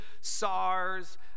SARS